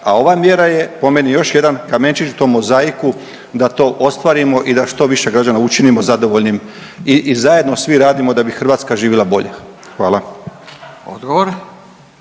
a ova mjera je po meni još jedan kamenčić u tom mozaiku da to ostvarimo i da što više građana učinimo zadovoljnim i zajedno svi radimo da bi Hrvatska živjela bolje. Hvala. **Radin,